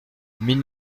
mille